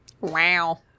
wow